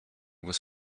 was